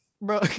Bro